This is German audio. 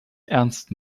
ernst